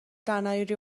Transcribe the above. درنیاری